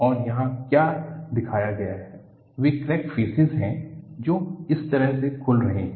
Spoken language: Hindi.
और यहां क्या दिखाया गया है वे क्रैक फ़ेसिस हैं जो इस तरह से खुल रहे हैं